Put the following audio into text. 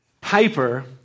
Piper